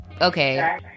okay